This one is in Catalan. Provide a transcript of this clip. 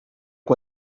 que